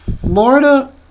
florida